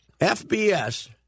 FBS